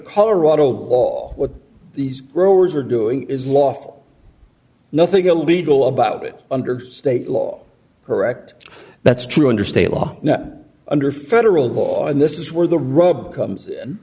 colorado law what these growers are doing is lawful nothing illegal about it under state law correct that's true under state law under federal law and this is where the rub comes in